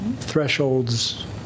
thresholds